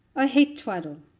i hate twaddle.